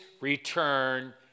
return